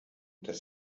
dass